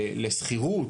לשכירות?